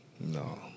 No